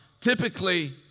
typically